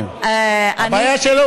הבעיה שלו,